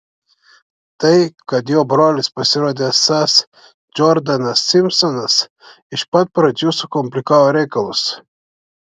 tai kad jo brolis pasirodė esąs džordanas simpsonas iš pat pradžių sukomplikavo reikalus